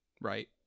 Right